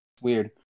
weird